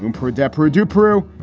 and poor adepero du peru.